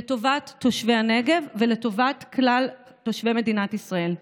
לטובת תושבי הנגב ולטובת כלל תושבי מדינת ישראל.